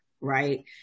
right